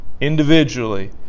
individually